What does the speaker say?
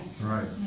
right